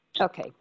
Okay